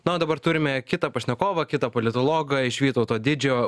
na o dabar turime kitą pašnekovą kitą politologą iš vytauto didžiojo